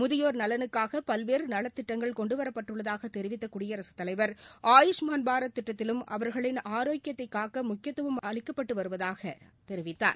முதியோர் நலனுக்காக பல்வேறு நலத்திட்டங்கள் கொண்டுவரப்பட்டுள்ளதாக தெரிவித்த குடியரகத் தலைவர் ஆயுஷ்மான் பாரத் திட்டத்திலும் அவர்களின் ஆரோக்கியத்தை காக்க முக்கியத்துவம் அளிக்கப்பட்டு வருவதாகவும் அவர் தெரிவித்தார்